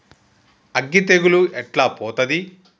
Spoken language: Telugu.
అగ్గి తెగులు ఎట్లా పోతది?